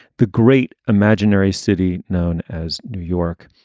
the great imaginary city known as new york.